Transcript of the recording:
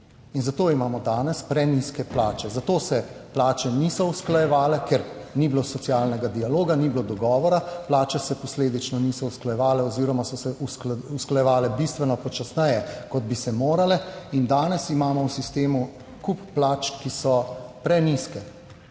zato imamo danes prenizke plače, zato se plače niso usklajevale, ker ni bilo socialnega dialoga, ni bilo dogovora, plače se posledično niso usklajevale oziroma so se usklajevale bistveno počasneje, kot bi se morale in danes imamo v sistemu kup plač, ki so prenizke,